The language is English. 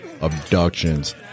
abductions